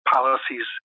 Policies